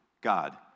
God